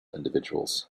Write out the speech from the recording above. individuals